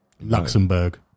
Luxembourg